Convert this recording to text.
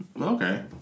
Okay